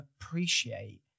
appreciate